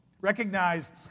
Recognize